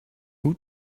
who